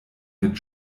mit